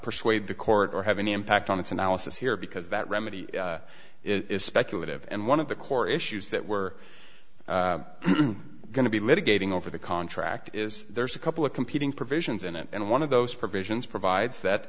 persuade the court or have any impact on its analysis here because that remedy is speculative and one of the core issues that we're going to be litigating over the contract is there's a couple of competing provisions in it and one of those provisions provides that